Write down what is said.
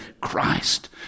Christ